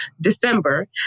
December